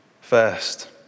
First